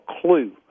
clue